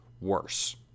worse